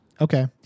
Okay